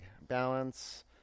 balance